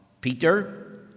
Peter